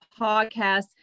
podcast